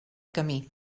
camí